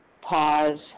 pause